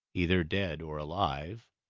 either dead or alive.